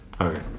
Okay